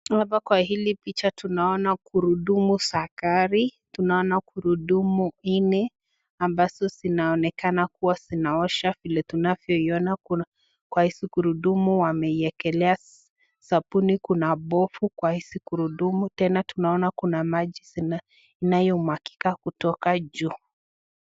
Hapa kwa hili picha, tunaona gurudumu za gari, tunaona gurudumu nne, ambazo zinaonekana kuwa zinaosha vile tunavyoiona kwa hizi gurudumu wameiekelea sabuni, kuna pofu ka hizi gurudumu, tena tunaona kuna maji inayomwagika kutoka juu.